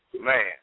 man